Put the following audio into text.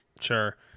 Sure